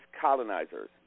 colonizers